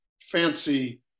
fancy